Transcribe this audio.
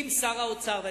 אם שר האוצר, ואני